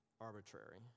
arbitrary